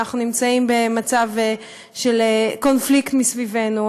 אנחנו נמצאים במצב של קונפליקט מסביבנו,